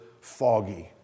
foggy